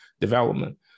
development